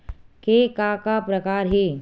के का का प्रकार हे?